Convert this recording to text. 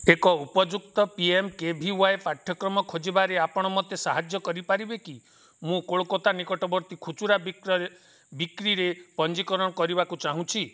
ଏକ ଉପଯୁକ୍ତ P M K V Y ପାଠ୍ୟକ୍ରମ ଖୋଜିବାରେ ଆପଣ ମୋତେ ସାହାଯ୍ୟ କରିପାରିବେ କି ମୁଁ କୋଲକତା ନିକଟବର୍ତ୍ତୀ ଖୁଚୁରା ବିକ୍ରୀରେ ପଞ୍ଜୀକରଣ କରିବାକୁ ଚାହୁଁଛି